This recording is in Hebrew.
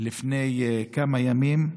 לפני כמה ימים.